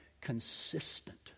consistent